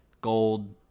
Gold